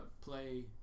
play